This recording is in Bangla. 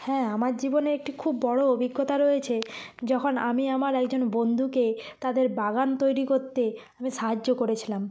হ্যাঁ আমার জীবনে একটি খুব বড় অভিজ্ঞতা রয়েছে যখন আমি আমার একজন বন্ধুকে তাদের বাগান তৈরি করতে আমি সাহায্য করেছিলাম